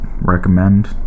Recommend